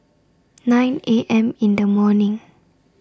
nine A M in The morning